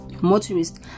motorists